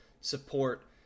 support